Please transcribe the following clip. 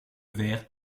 verre